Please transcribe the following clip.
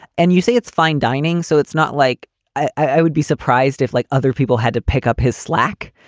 and you say it's fine dining. so it's not like i would be surprised if like other people had to pick up his slack.